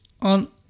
on